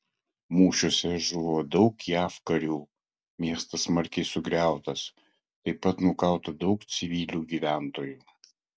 mūšiuose žuvo daug jav karių miestas smarkiai sugriautas taip pat nukauta daug civilių gyventojų